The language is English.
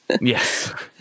Yes